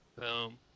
Boom